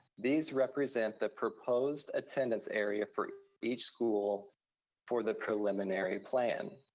these represent the proposed attendance area for each each school for the preliminary plan.